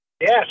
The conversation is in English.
Yes